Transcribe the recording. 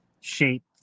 shape